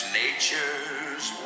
nature's